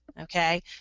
Okay